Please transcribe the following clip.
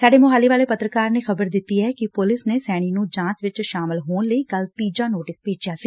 ਸਾਡੇ ਮੁਹਾਲੀ ਵਾਲੇ ਪੱਤਰਕਾਰ ਨੇ ਖ਼ਬਰ ਦਿੱਤੀ ਏ ਕਿ ਪੁਲਿਸ ਨੇ ਸੈਣੀ ਨੂੰ ਜਾਂਚ ਵਿਚ ਸ਼ਾਮਲ ਹੋਣ ਲਈ ਕੱਲ੍ਹ ਤੀਜਾ ਨੋਟਿਸ ਭੇਜਿਆ ਸੀ